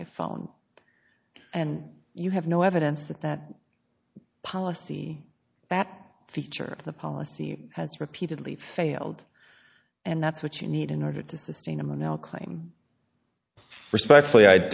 by phone and you have no evidence that that policy that feature the policy has repeatedly failed and that's what you need in order to sustain a mono claim respectfully